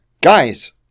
Guys